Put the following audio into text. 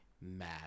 mad